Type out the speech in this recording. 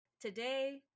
Today